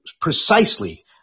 precisely